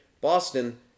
Boston